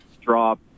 drop